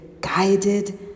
guided